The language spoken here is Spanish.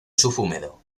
subhúmedo